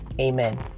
amen